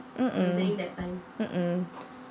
mm mm mm mm